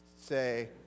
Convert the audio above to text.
say